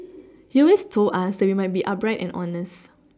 he always told us that we must be upright and honest